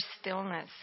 stillness